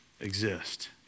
exist